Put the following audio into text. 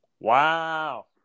Wow